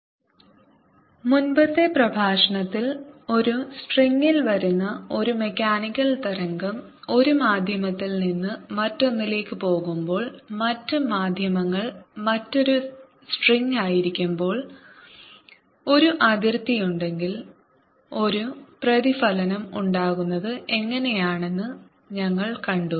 electromagnetic waves reflecting from a dielectric surface മുമ്പത്തെ പ്രഭാഷണത്തിൽ ഒരു സ്ട്രിംഗിൽ വരുന്ന ഒരു മെക്കാനിക്കൽ തരംഗം ഒരു മാധ്യമത്തിൽ നിന്ന് മറ്റൊന്നിലേക്ക് പോകുമ്പോൾ മറ്റ് മാധ്യമങ്ങൾ മറ്റൊരു സ്ട്രിംഗായിരിക്കുമ്പോൾ ഒരു അതിർത്തിയുണ്ടെങ്കിൽ ഒരു പ്രതിഫലനം ഉണ്ടാകുന്നത് എങ്ങനെയെന്ന് ഞങ്ങൾ കണ്ടു